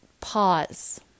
pause